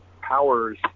powers